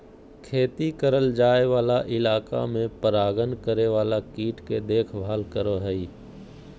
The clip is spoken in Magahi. खेती करल जाय वाला इलाका में परागण करे वाला कीट के देखभाल करो हइ